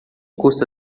custa